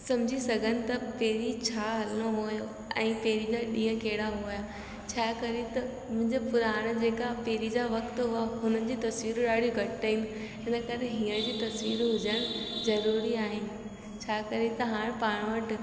सम्झी सघनि त पहिरीं छा हलिणो हुओ ऐं पहिरीं जा ॾींहं कहिड़ा हुआ छा करे त मुंहिंजो पुराणा जेका पहिरीं जा वक़्तु हुआ हुन जी तस्वीरूं ॾाढियूं घटि आहिनि हिन करे हीअंर जी तस्वीरूं हुजणु ज़रूरी आहिनि छा करे त हाणे पाण वटि